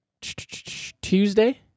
Tuesday